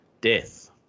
death